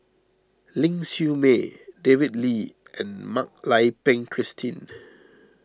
Ling Siew May David Lee and Mak Lai Peng Christine